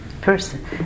person